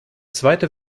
zweite